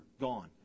gone